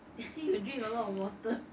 then you drink a lot of water